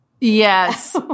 Yes